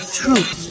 truth